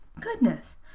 Goodness